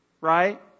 Right